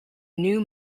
new